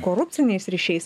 korupciniais ryšiais